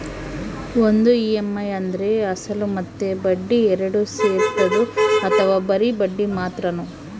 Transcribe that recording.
ಒಂದು ಇ.ಎಮ್.ಐ ಅಂದ್ರೆ ಅಸಲು ಮತ್ತೆ ಬಡ್ಡಿ ಎರಡು ಸೇರಿರ್ತದೋ ಅಥವಾ ಬರಿ ಬಡ್ಡಿ ಮಾತ್ರನೋ?